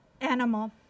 animal